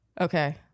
Okay